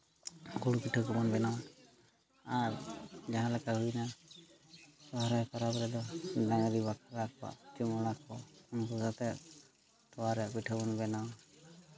ᱜᱩᱲ ᱯᱤᱴᱷᱟᱹ ᱠᱚᱵᱚᱱ ᱵᱮᱱᱟᱣᱟ ᱟᱨ ᱡᱟᱦᱟᱸ ᱞᱮᱠᱟ ᱦᱩᱭ ᱮᱱᱟ ᱥᱚᱦᱚᱨᱟᱭ ᱯᱚᱨᱚᱵᱽ ᱨᱮᱫᱚ ᱰᱟᱝᱨᱤ ᱵᱟᱠᱷᱨᱟ ᱠᱚᱣᱟᱜ ᱪᱩᱢᱟᱹᱲᱟ ᱠᱚᱣᱟ ᱛᱚᱣᱟ ᱨᱮᱭᱟᱜ ᱯᱤᱴᱷᱟᱹ ᱵᱚᱱ ᱵᱮᱱᱟᱣᱟ